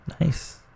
Nice